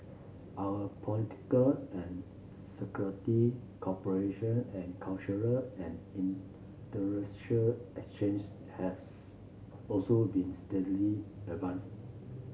our political and security cooperation and cultural and intellectual exchanges have also been steadily advance